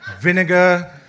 vinegar